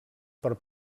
per